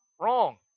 wrong